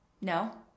No